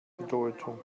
bedeutung